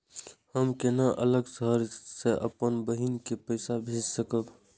हम केना अलग शहर से अपन बहिन के पैसा भेज सकब?